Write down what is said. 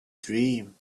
dream